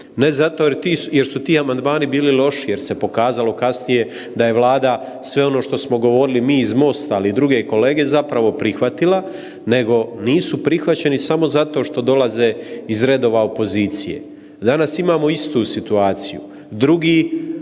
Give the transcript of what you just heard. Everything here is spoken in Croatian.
Ne zato jer su ti amandmani bili loši jer se pokazalo kasnije da je Vlada sve ono što smo govorili mi iz MOST-a ali i druge kolege zapravo prihvatila, nego nisu prihvaćeni samo zato što dolaze iz redova opozicije. Danas imamo istu situaciju,